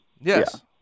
Yes